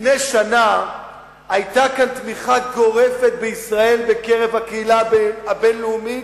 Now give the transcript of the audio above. לפני שנה היתה לישראל תמיכה גורפת בקרב הקהילה הבין-לאומית,